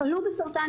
חלו בסרטן,